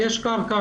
יש קרקע,